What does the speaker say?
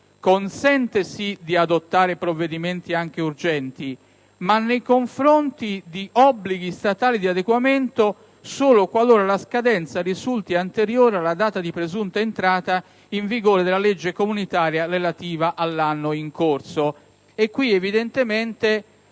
consente infatti di adottare provvedimenti anche urgenti, ma nei confronti di obblighi statali di adeguamento solo qualora la scadenza risulti anteriore alla data di presunta entrata in vigore della legge comunitaria relativa all'anno in corso.